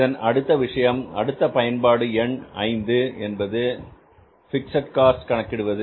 இதன் அடுத்த விஷயம் அடுத்த பயன்பாடு எண் 5 என்பது பிக்ஸட் காஸ்ட் கணக்கிடுவது